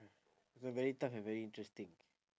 this one very tough and very interesting